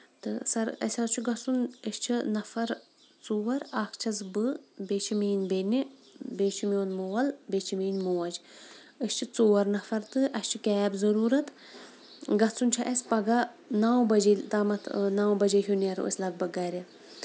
تہٕ سر اَسہِ حظ چھُ گژھُن أسۍ چھِ نَفر ژور اکھ چھَس بہٕ بیٚیہِ چھِ میٲنۍ بیٚیہِ بیٚیہِ چھُ میون مول بیٚیہِ چھِ میٲنۍ موج أسۍ چھِ ژور نَفر تہٕ اَسہِ چھِ کیب ضرورت گژھُن چھُ اَسہِ پَگہہ نو بَجے تامَتھ نو بَجے ہِیوے نیرو أسۍ لگ بگ گرِ